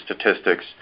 statistics